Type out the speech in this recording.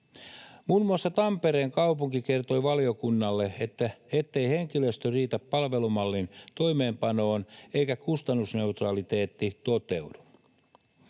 Muun muassa Tampereen kaupunki kertoi valiokunnalle, ettei henkilöstö riitä palvelumallin toimeenpanoon eikä kustannusneutraliteetti toteudu.